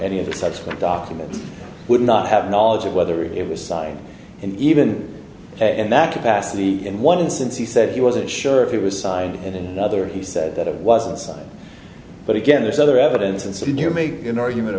any of the subsequent documents would not have knowledge of whether it was side and even and that capacity in one instance he said he wasn't sure if it was signed and in another he said that it wasn't signed but again there's other evidence and so did you make an argument